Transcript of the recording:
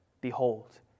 behold